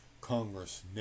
Congress